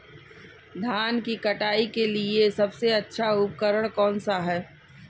धान की कटाई के लिए सबसे अच्छा उपकरण कौन सा है?